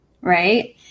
right